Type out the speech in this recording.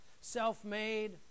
self-made